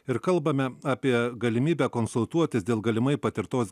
ir kalbame apie galimybę konsultuotis dėl galimai patirtos